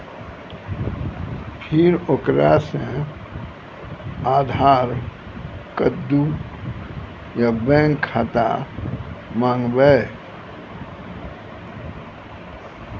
फिर ओकरा से आधार कद्दू या बैंक खाता माँगबै?